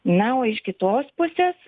na o iš kitos pusės